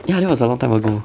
ya that was a long time ago